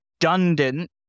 redundant